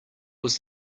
was